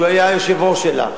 שהיה היושב-ראש שלה,